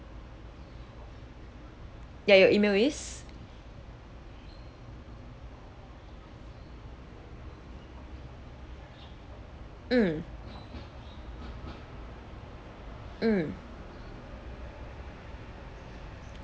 ya your email is mm mm